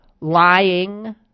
Lying